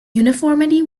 uniformity